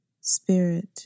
spirit